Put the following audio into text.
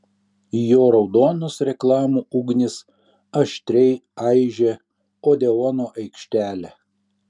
jo raudonos reklamų ugnys aštriai aižė odeono aikštelę